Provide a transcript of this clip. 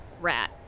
rat